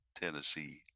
Tennessee